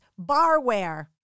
barware